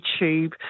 youtube